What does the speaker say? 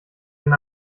ein